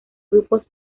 grupos